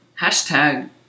Hashtag